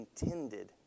intended